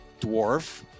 dwarf